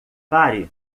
pare